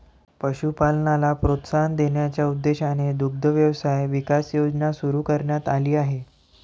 पशुपालनाला प्रोत्साहन देण्याच्या उद्देशाने दुग्ध व्यवसाय विकास योजना सुरू करण्यात आली आहे